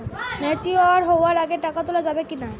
Mature হওয়ার আগে টাকা তোলা যাবে কিনা?